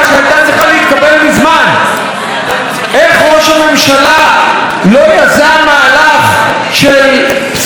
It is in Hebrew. איך ראש הממשלה לא יזם מהלך של פסילתו מלעסוק באנשים